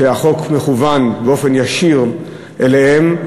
שהחוק מכוון באופן ישיר אליהן.